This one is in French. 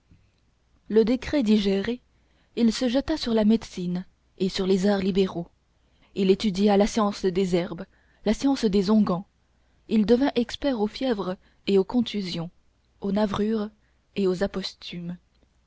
le décret digéré il se jeta sur la médecine et sur les arts libéraux il étudia la science des herbes la science des onguents il devint expert aux fièvres et aux contusions aux navrures et aux